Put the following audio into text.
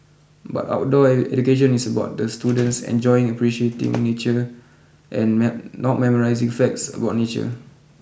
but outdoor education is about the students enjoying appreciating nature and not not memorising facts about nature